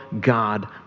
God